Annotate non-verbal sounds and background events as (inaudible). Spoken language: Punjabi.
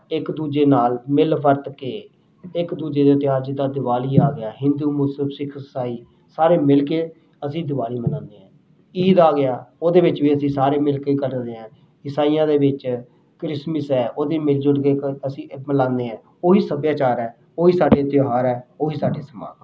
ਇੱਕ ਦੂਜੇ ਨਾਲ ਮਿਲ ਵਰਤ ਕੇ ਇੱਕ ਦੂਜੇ ਦੇ ਤਿਉਹਾਰ ਜਿੱਦਾਂ ਦੀਵਾਲੀ ਆ ਗਿਆ ਹਿੰਦੂ ਮੁਸਲਿਮ ਸਿੱਖ ਈਸਾਈ ਸਾਰੇ ਮਿਲ ਕੇ ਅਸੀਂ ਦੀਵਾਲੀ ਮਨਾਉਂਦੇ ਹਾਂ ਈਦ ਆ ਗਿਆ ਉਹਦੇ ਵਿੱਚ ਵੀ ਅਸੀਂ ਸਾਰੇ ਮਿਲਕੇ (unintelligible) ਕਰਦੇ ਹਾਂ ਈਸਾਈਆਂ ਦੇ ਵਿੱਚ ਕ੍ਰਿਸ਼ਮਿਸ ਹੈ ਉਹ ਵੀ ਮਿਲ ਜੁਲ ਕੇ ਕ ਅਸੀਂ ਮਨਾਉਂਦੇ ਹਾਂ ਉਹੀ ਸੱਭਿਆਚਾਰ ਹੈ ਉਹੀ ਸਾਡੇ ਤਿਉਹਾਰ ਹੈ ਉਹੀ ਸਾਡੇ ਸਮਾਜ ਹੈ